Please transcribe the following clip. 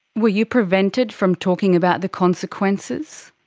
were you prevented from talking about the consequences?